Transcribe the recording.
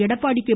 Edappadi K